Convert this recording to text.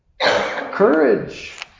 courage